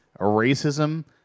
Racism